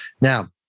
Now